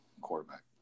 quarterback